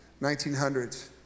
1900s